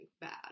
bad